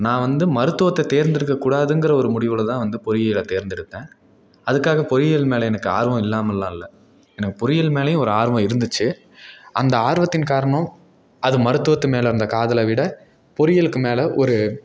நான் வந்து மருத்துவத்தை தேர்ந்தெடுக்கக் கூடாதுங்கிற ஒரு முடிவில் தான் வந்து பொறியியலை தேர்ந்தெடுத்தேன் அதுக்காக பொறியியல் மேல் எனக்கு ஆர்வம் இல்லாமல்லாம் இல்லை எனக்கு பொறியியல் மேலேயும் ஒரு ஆர்வம் இருந்துச்சு அந்த ஆர்வத்தின் காரணம் அது மருத்துவத்து மேல் இருந்த காதலை விட பொறியியலுக்கு மேல் ஒரு